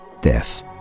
death